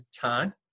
time